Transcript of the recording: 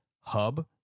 hub